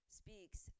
speaks